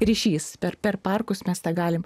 ryšys per per parkus mes tą galim